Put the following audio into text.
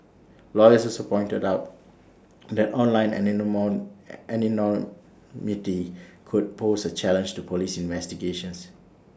lawyers also pointed out that online any no more anonymity could pose A challenge to Police investigations